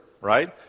right